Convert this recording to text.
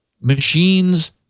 machines